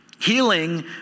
healing